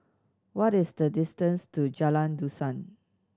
what is the distance to Jalan Dusan